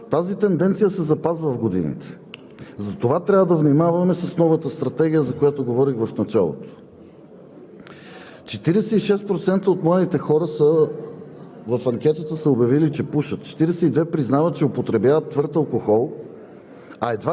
Отчита се висока зависимост на младежите от материално подпомагане от страна на родителите, което е до късна възраст, пак според Доклада. Тази тенденция се запазва в годините. Затова трябва да внимаваме с новата стратегия, за която говорих в началото.